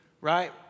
right